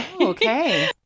okay